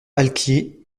alquier